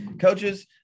coaches